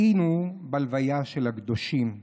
היינו בהלוויה של הקדושים הללו,